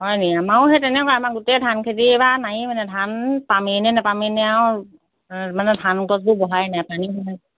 হয় নেকি আমাৰো সেই তেনেকুৱাই আমাৰ গোটেই ধানখেতি এইবাৰ নায়ে মানে ধান পামেইনে নেপামেইনে আৰু মানে ধান গছবোৰ বঢ়াই নাই পানী সোমাই